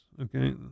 Okay